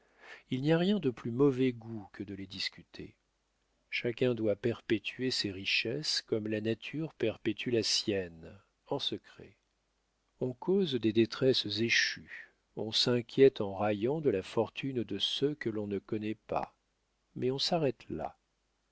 il n'y a rien de plus mauvais goût que de les discuter chacun doit perpétuer ses richesses comme la nature perpétue la sienne en secret on cause des détresses échues on s'inquiète en raillant de la fortune de ceux que l'on ne connaît pas mais on s'arrête là